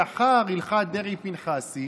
לאחר הלכת דרעי-פנחסי,